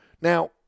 Now